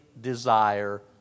desire